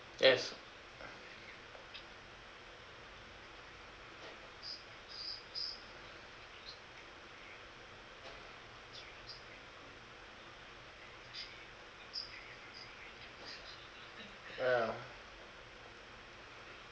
yes uh